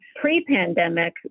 pre-pandemic